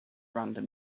random